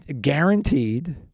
guaranteed